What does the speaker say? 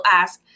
ask